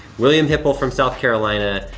william hipple from south carolina.